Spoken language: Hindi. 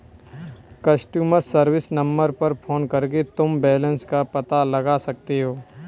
कस्टमर सर्विस नंबर पर फोन करके तुम बैलन्स का पता लगा सकते हो